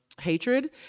hatred